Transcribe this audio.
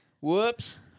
Whoops